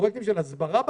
פרויקטים של הסברה בקהילה,